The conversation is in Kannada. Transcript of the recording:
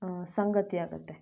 ಸಂಗತಿಯಾಗುತ್ತೆ